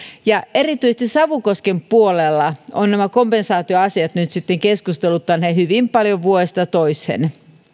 erityisesti savukosken puolella ovat nämä kompensaatioasiat nyt sitten keskusteluttaneet hyvin paljon vuodesta toiseen